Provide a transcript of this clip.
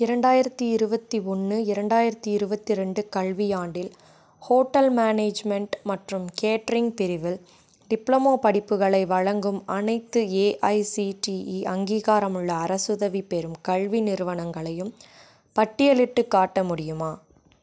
இரண்டாயிரத்தி இருபத்தி ஒன்று இரண்டாயிரத்தி இருபத்தி ரெண்டு கல்வியாண்டில் ஹோட்டல் மேனேஜ்மெண்ட் மற்றும் கேட்டரிங் பிரிவில் டிப்ளோமா படிப்புகளை வழங்கும் அனைத்து ஏஐசிடிஇ அங்கீகாரமுள்ள அரசுதவி பெறும் கல்வி நிறுவனங்களையும் பட்டியலிட்டுக் காட்ட முடியுமா